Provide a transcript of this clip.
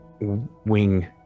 wing